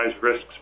risks